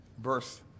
verse